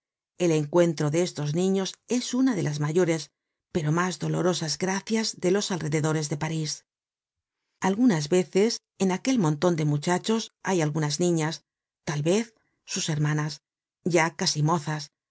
el encuentro de estos niños es una de las mayores pero mas dolorosas gracias de los alrededores de parís content from google book search generated at algunas veces en aquel monton de muchachos hay algunas niñas tal vez sus hermanas ya casi mozas